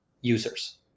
users